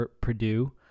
Purdue